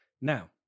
now